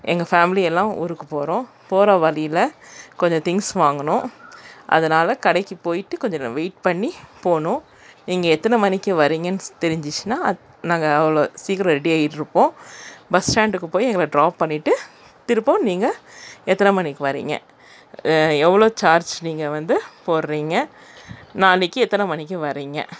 எங்கள் ஃபேமிலி எல்லாம் ஊருக்கு போகிறோம் போகிற வழியில் கொஞ்சம் திங்ஸ் வாங்கணும் அதனால் கடைக்கு போய்ட்டு கொஞ்சம் வெயிட் பண்ணி போகணும் நீங்கள் எத்தனை மணிக்கு வரீங்கன்னு தெரிஞ்சிச்சுனா நாங்கள் அவ்வளோ சீக்கிரம் ரெடியாகிட்ருப்போம் பஸ் ஸ்டாண்டுக்கு போய் எங்களை ட்ராப் பண்ணிவிட்டு திரும்பவும் நீங்கள் எத்தனை மணிக்கு வரீங்க எவ்வளோ சார்ஜ் நீங்கள் வந்து போடுறீங்க நாளைக்கு எத்தனை மணிக்கு வரீங்க